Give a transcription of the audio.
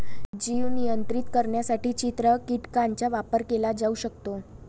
जीव नियंत्रित करण्यासाठी चित्र कीटकांचा वापर केला जाऊ शकतो